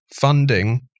funding